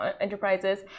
enterprises